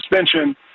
suspension